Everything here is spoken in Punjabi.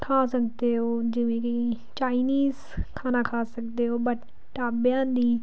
ਖਾ ਸਕਦੇ ਹੋ ਜਿਵੇਂ ਕਿ ਚਾਈਨੀਜ਼ ਖਾਣਾ ਖਾ ਸਕਦੇ ਹੋ ਬਟ ਢਾਬਿਆਂ ਦੀ